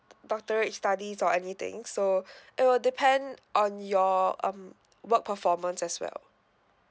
doctorate studies or anything so it will depend on your um work performance as well